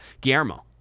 Guillermo